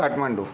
Kathmandu